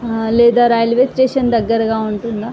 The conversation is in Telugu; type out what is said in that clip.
లేదా రైల్వే స్టేషన్ దగ్గరగా ఉంటుందా